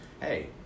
hey